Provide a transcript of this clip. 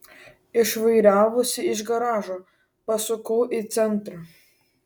išvairavusi iš garažo pasukau į centrą